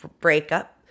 breakup